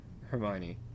hermione